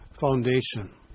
foundation